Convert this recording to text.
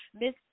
Miss